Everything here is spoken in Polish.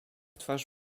twarz